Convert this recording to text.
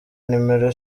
numero